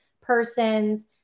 persons